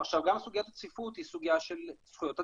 גם סוגיית הצפיפות היא סוגיה של זכויות אדם.